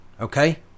Okay